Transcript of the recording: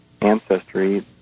ancestry